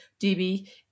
DB